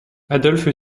adolphe